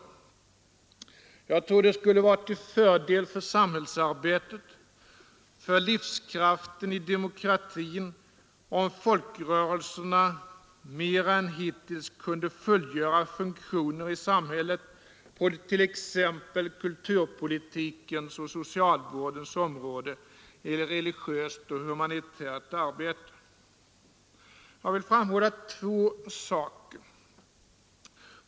Jag tror att det skulle vara till fördel för samhällsarbetet, för livskraften i demokratin, om folkrörelserna mer än hittills kunde fullgöra funktioner i samhället på t.ex. kulturpolitikens och socialvårdens områden eller i religiöst och humanitärt arbete. Jag vill framhålla två saker.